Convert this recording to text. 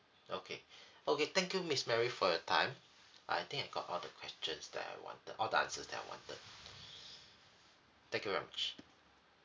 okay okay thank you miss mary for your time I think I got all the questions that I wanted all the answers that I wanted thank you very much